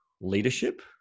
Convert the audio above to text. leadership